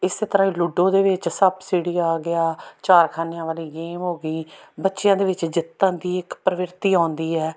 ਇਸੇ ਤਰ੍ਹਾਂ ਹੀ ਲੂਡੋ ਦੇ ਵਿੱਚ ਸੱਪ ਸੀਡੀ ਆ ਗਿਆ ਚਾਰ ਖ਼ਾਨਿਆਂ ਵਾਲੀ ਗੇਮ ਹੋ ਗਈ ਬੱਚਿਆਂ ਦੇ ਵਿੱਚ ਜਿੱਤਣ ਦੀ ਇੱਕ ਪ੍ਰਵਿਰਤੀ ਆਉਂਦੀ ਹੈ